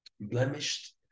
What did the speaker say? blemished